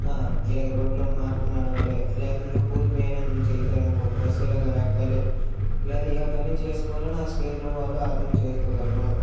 ఇలాగా రోడ్లో మార్గం నడవాలి లేదంటే ఒక ఊరు ప్రయాణం చేశారు అనుకో ఆ బస్సు ఇలా ఎక్కాలి లేదా ఏ పని చేసుకోవాలన్నా ఆ స్టేజ్లో వాళ్ళు అర్ధం చేసుకోగలరు